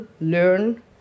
learn